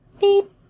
Beep